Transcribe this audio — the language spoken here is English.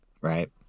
right